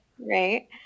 right